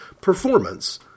performance